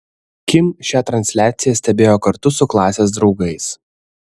kim šią transliaciją stebėjo kartu su klasės draugais